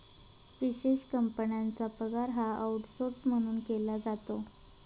विशेष कंपन्यांचा पगार हा आऊटसौर्स म्हणून केला जातो